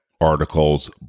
articles